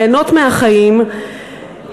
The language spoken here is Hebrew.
ליהנות מהחיים,